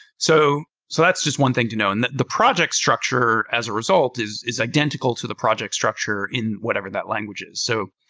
so so that's just one thing to know. and the the project structure as a result is is identical to the project structure in whatever that language is. so